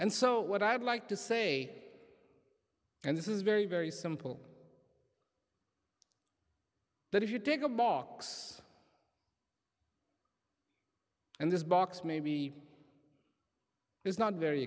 and so what i'd like to say and this is very very simple that if you take a box and this box maybe is not very